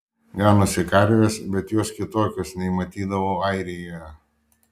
ganosi karvės bet jos kitokios nei matydavau airijoje